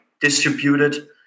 distributed